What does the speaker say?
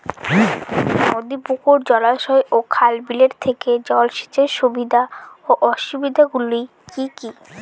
নদী পুকুর জলাশয় ও খাল বিলের থেকে জল সেচের সুবিধা ও অসুবিধা গুলি কি কি?